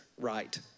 right